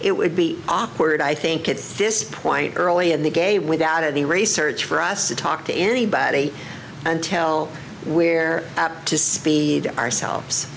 it would be awkward i think it's this point early in the gay without of the research for us to talk to anybody until where up to speed ourselves